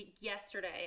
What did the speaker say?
yesterday